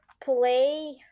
play